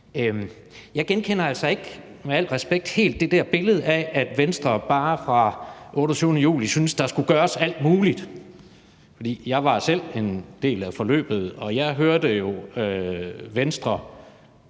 Jeg genkender altså ikke – med al respekt – helt det der billede af, at Venstre bare fra den 28. juli syntes, at der skulle gøres alt muligt. For jeg var selv en del af forløbet, og jeg hørte jo Venstre